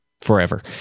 forever